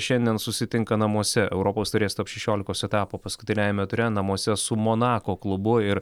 šiandien susitinka namuose europos taurės top šešiolikos etapo paskutiniajame ture namuose su monako klubu ir